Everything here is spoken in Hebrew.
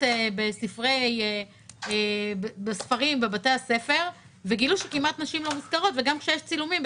בספרים בבתי הספר וגילו שנשים כמעט לא מוזכרות וגם כשיש צילומים,